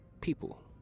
people